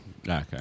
Okay